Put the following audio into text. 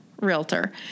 realtor